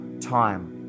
time